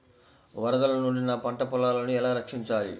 వరదల నుండి నా పంట పొలాలని ఎలా రక్షించాలి?